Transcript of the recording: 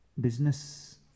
Business